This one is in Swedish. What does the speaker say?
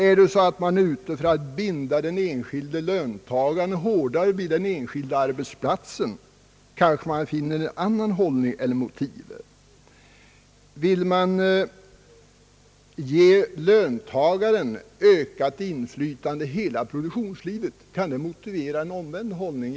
Är man ute för att binda löntagaren hårdare vid den enskilda arbetsplatsen, kanske man intar en annan hållning. Vill man ge löntagaren ökat inflytande i produktionslivet, kan det motivera en omvänd hållning.